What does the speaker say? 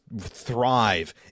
thrive